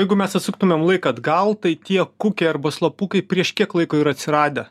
jeigu mes atsuktumėm laiką atgal tai tie kukiai arba slapukai prieš kiek laiko yra atsiradę